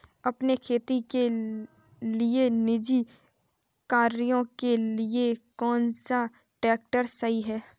अपने खेती के निजी कार्यों के लिए कौन सा ट्रैक्टर सही है?